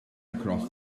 across